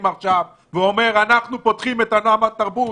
עכשיו ואומר שפותחים את עולם התרבות?